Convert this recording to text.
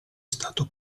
stato